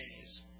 days